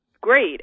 great